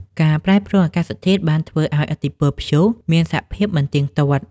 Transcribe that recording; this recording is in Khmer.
ការប្រែប្រួលអាកាសធាតុបានធ្វើឱ្យឥទ្ធិពលព្យុះមានសភាពមិនទៀងទាត់។